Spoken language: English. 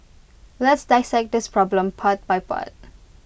let's dissect this problem part by part